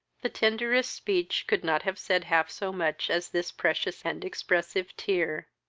the tenderest speech could not have said half so much as this precious and expressive tear